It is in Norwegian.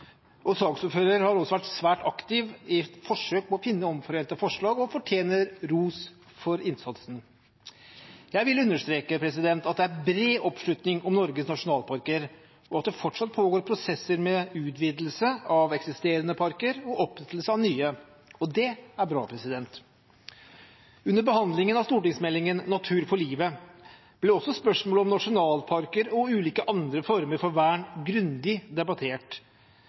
har også vært svært aktiv i forsøk på å finne omforente forslag og fortjener ros for innsatsen. Jeg vil understreke at det er bred oppslutning om Norges nasjonalparker, og at det fortsatt pågår prosesser med utvidelse av eksisterende parker og opprettelse av nye – og det er bra. Under behandlingen av stortingsmeldingen «Natur for livet» ble også spørsmålet om nasjonalparker og ulike andre former for vern grundig debattert,